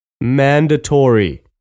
Mandatory